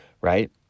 right